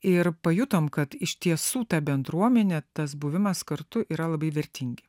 ir pajutom kad iš tiesų ta bendruomenė tas buvimas kartu yra labai vertingi